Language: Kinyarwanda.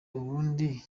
ubundi